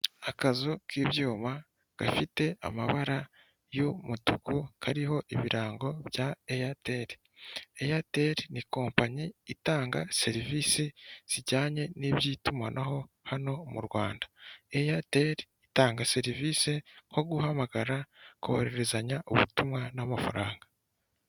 Akazu k'ibyuma gafite amabara y'umutuku kariho ibirango bya eyateri, eyateri ni kompanyi itanga serivisi zijyanye n'iby'itumanaho hano mu Rwanda, eyateri itanga serivisi nko guhamagara, kohererezanya ubutumwa n'amafaranga.